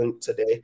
today